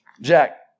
Jack